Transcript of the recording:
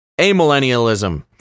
Amillennialism